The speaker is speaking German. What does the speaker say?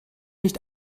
nicht